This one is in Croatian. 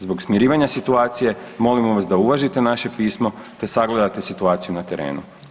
Zbog smirivanja situacije molimo vas da uvažite naše pismo te sagledate situaciju na terenu.